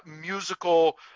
musical